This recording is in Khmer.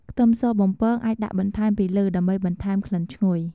ខ្ទឹមសបំពងអាចដាក់បន្ថែមពីលើ ដើម្បីបន្ថែមក្លិនឈ្ងុយ។